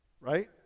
Right